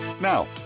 now